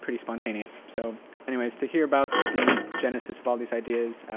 pretty spontaneous. so anyways to hear about the genesis of all these ideas,